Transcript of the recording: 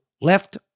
Left